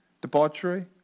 Debauchery